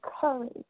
courage